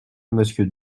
monsieur